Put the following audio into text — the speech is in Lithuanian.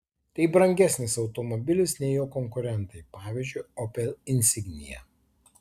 tai brangesnis automobilis nei jo konkurentai pavyzdžiui opel insignia